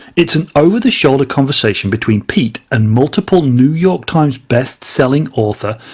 it's an over-the-shoulder conversation between pete and multiple new york times best-selling author,